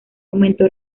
aumentó